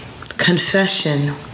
confession